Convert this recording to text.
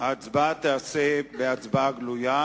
הבחירה תיעשה בהצבעה גלויה,